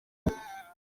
bwe